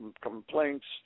complaints